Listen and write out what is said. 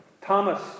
Thomas